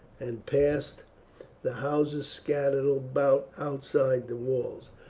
and past the houses scattered about outside the walls,